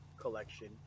collection